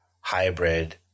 hybrid